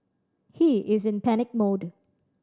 he is in panic mode